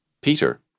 Peter